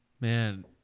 Man